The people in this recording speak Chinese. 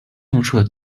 映射